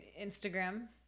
Instagram